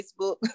Facebook